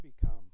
become